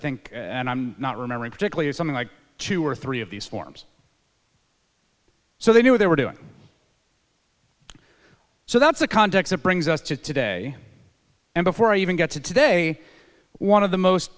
think and i'm not remembering particularly is something like two or three of these forms so they knew they were doing so that's the context that brings us to today and before i even get to today one of the most